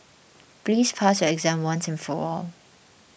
please pass your exam once and for all